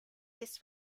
this